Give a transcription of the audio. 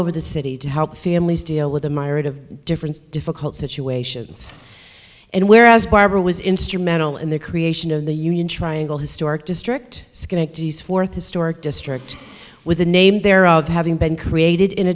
over the city to help families deal with the mired of different difficult situations and whereas barbara was instrumental in the creation of the union triangle historic district schenectady is fourth historic district with a name there of having been created